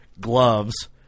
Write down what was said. gloves